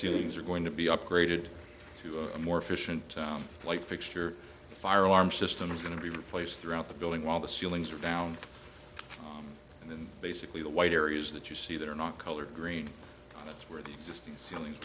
ceilings are going to be upgraded to a more efficient light fixture the fire alarm system is going to be replaced throughout the building while the ceilings are down and basically the white areas that you see that are not colored green that's where the existing ceiling